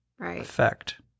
effect